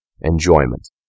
enjoyment